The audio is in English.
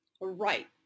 Right